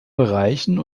bereichen